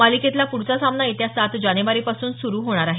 मालिकेतला पुढचा सामना येत्या सात जानेवारीपासून सुरू होणार आहे